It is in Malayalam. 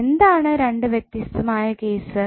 എന്താണ് രണ്ടു വ്യത്യസ്തമായ കേസ്സ്